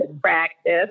practice